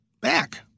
back